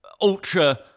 ultra